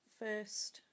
first